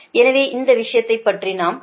எனவே இந்த விஷயத்தைப் பற்றி நாம் பேச மாட்டோம்